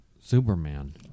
Superman